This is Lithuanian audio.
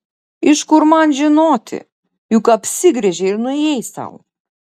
iš kur man žinoti juk apsigręžei ir nuėjai sau